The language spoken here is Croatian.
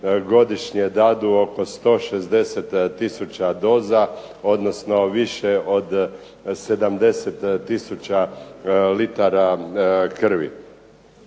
godišnje dadu oko 160 tisuća doza, odnosno više od 70 tisuća litara krvi.